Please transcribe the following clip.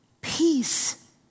peace